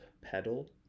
pedal